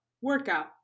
workout